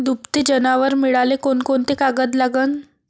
दुभते जनावरं मिळाले कोनकोनचे कागद लागन?